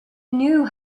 knew